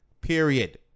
Period